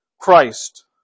Christ